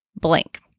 blank